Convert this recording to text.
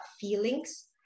feelings